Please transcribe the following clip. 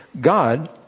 God